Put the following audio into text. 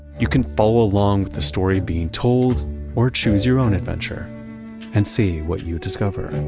you can follow along with the story being told or choose your own adventure and see what you discover